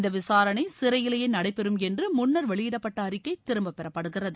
இந்த விசாரணை சிறையிலேயே நடைபெறும் என்று முன்னர் வெளியிடப்பட்ட அறிக்கை திரும்ப பெறப்படுகிறது